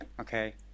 Okay